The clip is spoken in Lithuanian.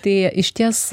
tai išties